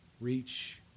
reach